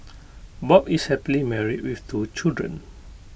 bob is happily married with two children